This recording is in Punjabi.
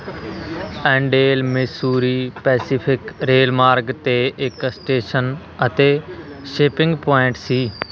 ਐਂਡੇਲ ਮਿਸੂਰੀ ਪੈਸੀਫਿਕ ਰੇਲਮਾਰਗ 'ਤੇ ਇੱਕ ਸਟੇਸ਼ਨ ਅਤੇ ਸ਼ਿਪਿੰਗ ਪੁਆਇੰਟ ਸੀ